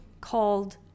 called